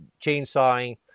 chainsawing